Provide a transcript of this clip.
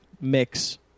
mix